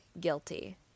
guilty